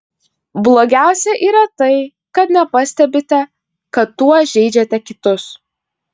blogiausia yra tai kad nepastebite kad tuo žeidžiate kitus